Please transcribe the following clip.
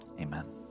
amen